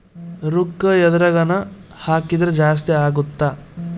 ರೂಕ್ಕ ಎದ್ರಗನ ಹಾಕಿದ್ರ ಜಾಸ್ತಿ ಅಗುತ್ತ